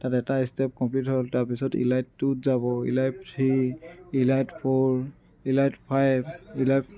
তাত এটা step complete হ'ল তাৰপিছত ইলাইট টুত যাব elite three elite four elite five elite